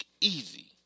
easy